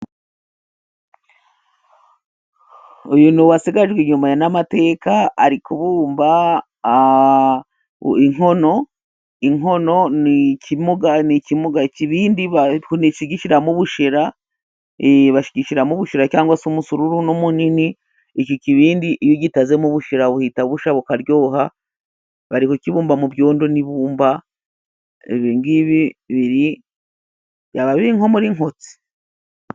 Uyu ni uwasigajwe inyuma n'amateka, ari kubumba inkono, inkono ni ikimuga, ikimuga ni ikibindi bashigishiramo ubushera, it bashigishiramo ubushera cyangwa se umusururu, n'umunini iki kibindi iyo ugitazemo ubushera buhita bushya, bukaryoha, bari ku kibumba mu byondo n'ibumba, ibingibi biri byaba biri nko muri nkotsi.